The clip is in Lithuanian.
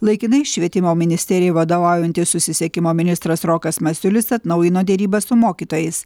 laikinai švietimo ministerijai vadovaujantis susisiekimo ministras rokas masiulis atnaujino derybas su mokytojais